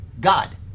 God